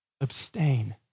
Abstain